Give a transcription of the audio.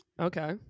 okay